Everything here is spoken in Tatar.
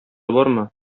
бармы